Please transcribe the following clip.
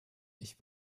ich